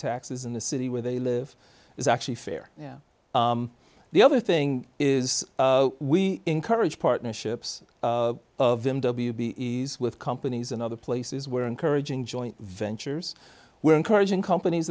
taxes in the city where they live is actually fair yeah the other thing is we encourage partnerships of them w b ease with companies in other places where encouraging joint ventures we're encouraging companies